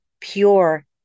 Pure